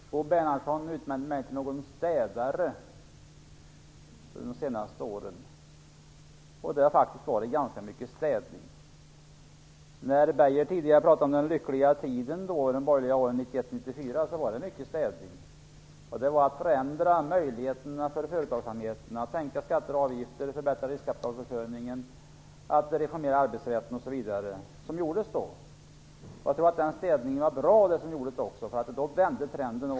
Fru talman! Bo Bernhardsson utnämnde mig till städare under de senaste åren. Det har faktiskt varit ganska mycket städning. Lennart Beijer pratade förut om den lyckliga tiden, de borgerliga åren 1991-1994, och då var det mycket städning. Det gällde då att förändra möjligheterna för företagsamheten, att sänka skatter och avgifter, förbättra riskkapitalförsörjningen och att reformera arbetsrätten. Jag tror att den städning som gjordes var bra, för då vände trenden.